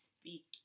speak